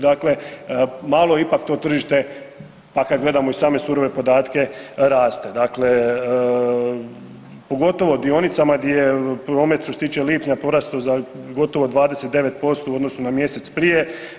Dakle, malo ipak to tržište pa kad gledamo i same surove podatke raste, pogotovo u dionicama gdje je promet što se tiče lipnja porastao za gotovo 29% u odnosu na mjesec prije.